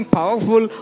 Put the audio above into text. powerful